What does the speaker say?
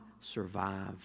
survive